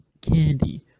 candy